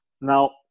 Now